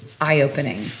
eye-opening